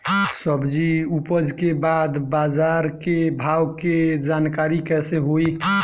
सब्जी उपज के बाद बाजार के भाव के जानकारी कैसे होई?